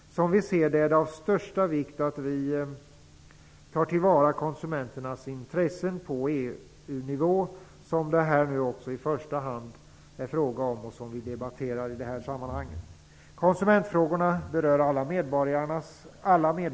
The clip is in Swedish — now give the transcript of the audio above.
Som vi ser det är det av största vikt att vi tar till vara konsumenternas intressen på EU-nivå, som det också i första hand är fråga om här och som vi debatterar i det här sammanhanget. Konsumentfrågorna berör alla medborgares dagliga liv.